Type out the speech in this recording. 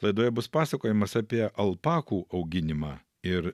laidoje bus pasakojimas apie alpakų auginimą ir